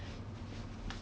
still can polish